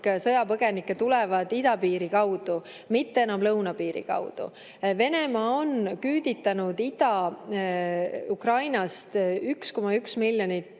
sõjapõgenikke tuleb idapiiri kaudu, mitte enam lõunapiiri kaudu. Venemaa on küüditanud Ida-Ukrainast 1,1 miljonit